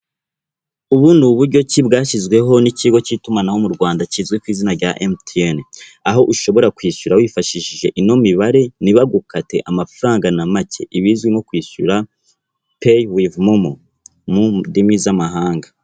Ubu ni uburyo ki bwashyizweho n'ikigo cy'itumanaho mu Rwanda kizwi ku izina rya MTN. Aho ushobora kwishyura wifashishije ino mibare ntibagukate amafaranga na make ibizwi nko kwishyura peyi wive momo mu ndimi z'amahanga.